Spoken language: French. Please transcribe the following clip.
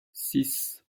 six